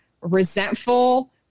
resentful